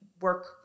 work